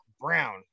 brown